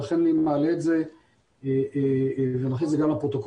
לכן אני מעלה את זה ושלפחות זה יהיה בפרוטוקול.